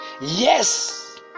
yes